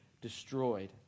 destroyed